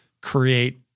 create